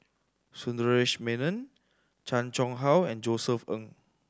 Sundaresh Menon Chan Chang How and Josef Ng